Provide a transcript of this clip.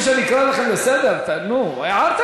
לשמוע משר במדינת ישראל, כשחברת כנסת